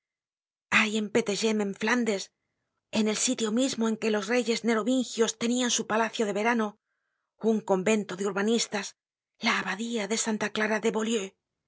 hay en peteghem en flandes en el sitio mismo en que los reyes merovingios tenian su palacio de verano un convento de urbanistas la abadía de santa clara